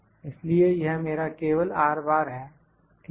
इसलिए यह मेरा केवल है ठीक है